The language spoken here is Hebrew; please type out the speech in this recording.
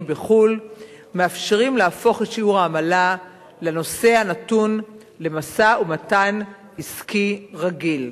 בחוץ-לארץ מאפשרות להפוך את שיעור העמלה לנושא הנתון למשא-ומתן עסקי רגיל.